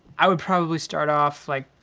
i would probably start off, like,